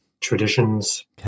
traditions